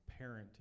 parenting